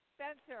Spencer